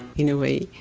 in a way.